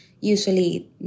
usually